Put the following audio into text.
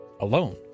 alone